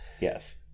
Yes